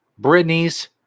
Britney's